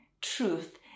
truth